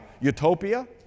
utopia